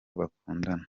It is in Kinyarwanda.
bakundana